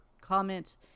comments